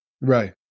Right